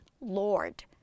Lord